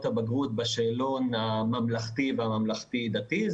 הבגרות בשאלון הממלכתי והממלכתי דתי,